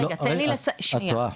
את טועה.